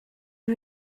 you